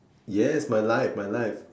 yes my life my life